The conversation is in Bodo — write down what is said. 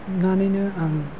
नानैनो आं